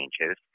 changes